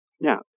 Now